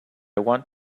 want